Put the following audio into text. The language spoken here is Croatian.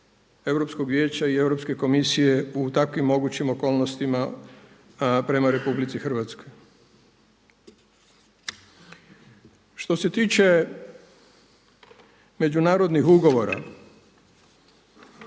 Europskog vijeća i Europske komisije u takvim mogućim okolnostima prema RH. Što se tiče međunarodnih ugovora,